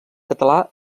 català